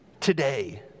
today